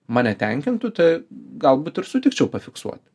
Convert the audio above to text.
mane tenkintų tai galbūt ir sutikčiau fiksuot